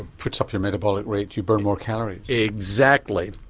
puts up your metabolic rate, you burn more calories. exactly,